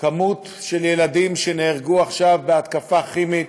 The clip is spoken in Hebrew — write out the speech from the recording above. ילדים שנהרגו עכשיו בהתקפה הכימית,